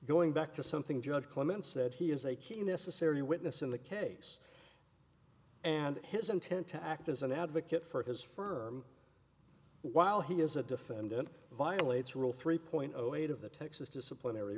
going back to something judge clement said he is a key necessary witness in the case and his intent to act as an advocate for his firm while he is a defendant violates rule three point zero eight of the texas disciplinary